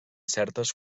certes